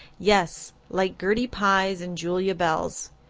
yes. like gertie pye's and julia bell's.